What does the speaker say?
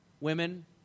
women